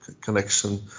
connection